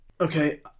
Okay